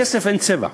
לכסף אין צבע.